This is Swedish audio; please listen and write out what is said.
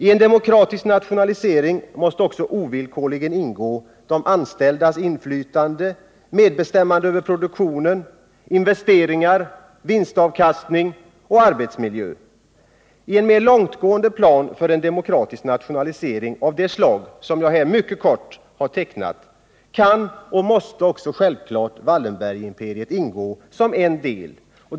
I en demokratisk nationalisering måste också ovillkorligen ingå de anställdas inflytande och medbestämmande över produktionen, investeringar, vinstavkastning och arbetsmiljö. I en mer långtgående plan för en demokratisk nationalisering av det slag som jag här mycket kort har tecknat kan och måste också självfallet Wallenbergimperiet ingå som en del.